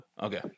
Okay